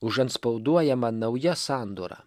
užantspauduojama nauja sandora